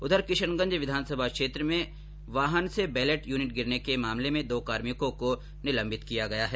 उधर किशनगंज विधानसभा क्षेत्र में वाहन से बेलट यूनिट गिरने के मामले में दो कार्मिको को निलंबित कर दिया गया है